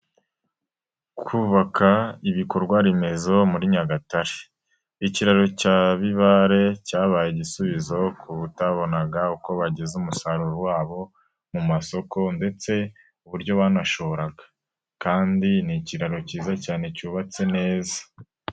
Kubaka ibikorwa remezo muri Nyagatare. Ikiraro cya Bibare, cyabaye igisubizo ku batabonaga uko bageza umusaruro wabo mu masoko ndetse uburyo banashoboraga, kandi ni ikiraro kiza cyane cyubatse neza.